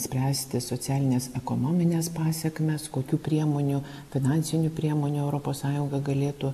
spręsti socialines ekonomines pasekmes kokių priemonių finansinių priemonių europos sąjunga galėtų